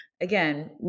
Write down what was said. again